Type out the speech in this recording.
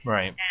Right